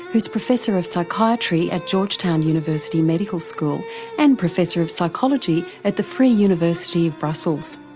who's professor of psychiatry at georgetown university medical school and professor of psychology at the free university of brussels.